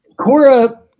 Cora